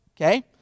Okay